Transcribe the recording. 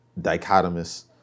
dichotomous